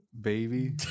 Baby